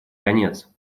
конец